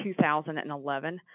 2011